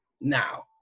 now